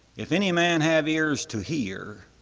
if any man have ears to hear,